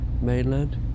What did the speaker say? mainland